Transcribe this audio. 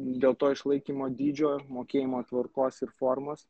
dėl to išlaikymo dydžio mokėjimo tvarkos ir formos